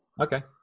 Okay